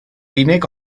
unig